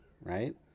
right